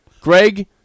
Greg